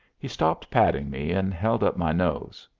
he stopped patting me and held up my nose.